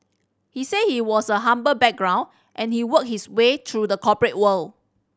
he said he was a humble background and he worked his way through the corporate world